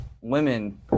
women